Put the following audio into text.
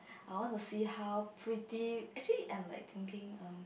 I want to see how pretty actually I'm like thinking um